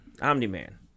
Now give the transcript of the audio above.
Omni-Man